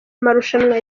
marushanwa